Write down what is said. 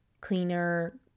cleaner